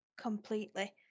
completely